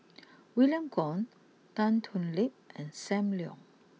William Goode Tan Thoon Lip and Sam Leong